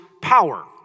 power